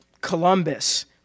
Columbus